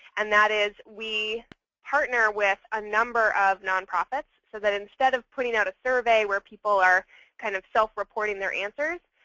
and that is, we partner with a number of nonprofits so that instead of putting out a survey where people are kind of self-reporting their answers,